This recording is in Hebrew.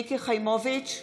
בעד ווליד טאהא,